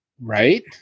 Right